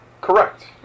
Correct